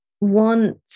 want